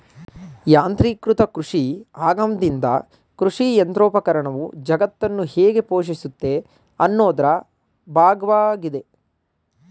ಯಾಂತ್ರೀಕೃತ ಕೃಷಿ ಆಗಮನ್ದಿಂದ ಕೃಷಿಯಂತ್ರೋಪಕರಣವು ಜಗತ್ತನ್ನು ಹೇಗೆ ಪೋಷಿಸುತ್ತೆ ಅನ್ನೋದ್ರ ಭಾಗ್ವಾಗಿದೆ